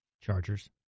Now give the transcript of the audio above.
Chargers